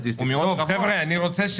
אני רוצה